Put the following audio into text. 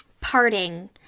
parting